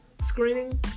screening